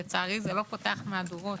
לצערי זה לא פותח מהדורות,